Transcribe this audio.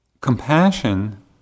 Compassion